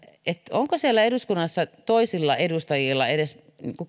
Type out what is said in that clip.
onko siellä eduskunnassa toisilla edustajilla edes